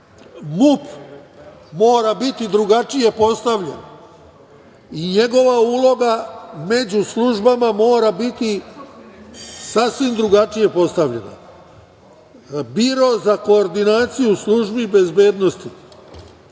MUP mora biti drugačije postavljen. Njegova uloga među službama mora biti sasvim drugačije postavljena. Biro za koordinaciju službi bezbednosti